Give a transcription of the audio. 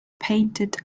painted